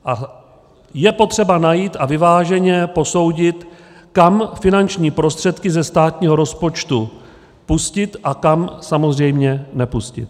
A je potřeba najít a vyváženě posoudit, kam finanční prostředky ze státního rozpočtu pustit a kam samozřejmě nepustit.